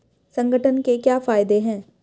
संगठन के क्या फायदें हैं?